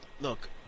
Look